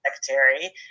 secretary